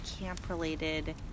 camp-related